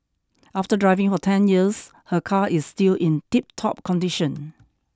after driving for ten years her car is still in tiptop condition